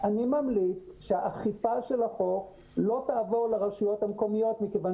אני ממליץ שהאכיפה של החוק לא תעבור לרשויות המקומיות מכיוון